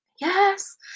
yes